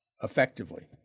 effectively